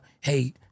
hey